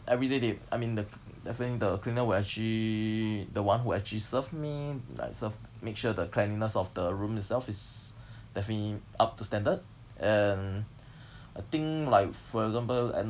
everyday they I mean the definitely the cleaner who actually the one who actually served me like served make sure the cleanliness of the room itself is definitely up to standard and I think like for example at